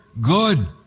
good